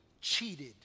cheated